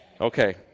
okay